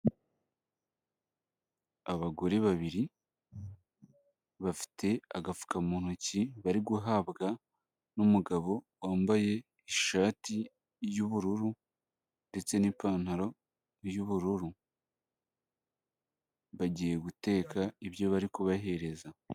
Abagore babiri bafite agafuka mu ntoki bari guhabwa n'umugabo wambaye ishati y'ubururu ndetse n'ipantaro y'ubururu, bagiye guteka ibyo bari kubahereza.